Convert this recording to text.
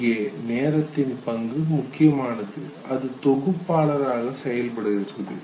இங்கே நேரத்தின் பங்கு முக்கியமானது அது தொகுப்பாளராக செயல்படுகிறது